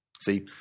See